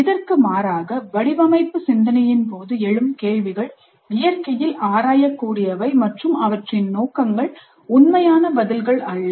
இதற்கு மாறாக வடிவமைப்பு சிந்தனையின் போது எழும் கேள்விகள் இயற்கையில் ஆராயக்கூடியவை மற்றும் அவற்றின் நோக்கங்கள் உண்மையான பதில்கள் அல்ல